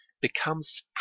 becomes